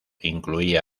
incluía